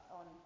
on